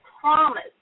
promise